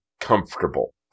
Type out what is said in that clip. comfortable